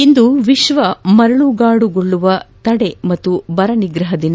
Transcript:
ಇಂದು ವಿಶ್ಲ ಮರಳುಗಾಡುಗೊಳಿಸುವಿಕೆ ತಡೆ ಮತ್ತು ಬರ ನಿಗ್ರಹ ದಿನ